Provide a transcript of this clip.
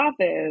office